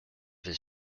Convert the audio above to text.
his